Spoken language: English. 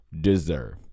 deserve